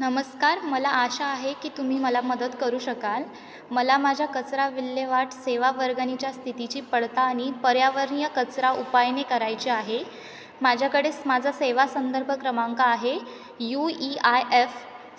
नमस्कार मला आशा आहे की तुम्ही मला मदत करू शकाल मला माझ्या कचरा विल्हेवाट सेवा वर्गणीच्या स्थितीची पडताळणी पर्यावरणीय कचरा उपायने करायचे आहे माझ्याकडेच माझा सेवा संदर्भ क्रमांक आहे यू ई आय एफ